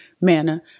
manna